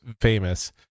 famous